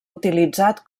utilitzat